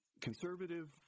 conservative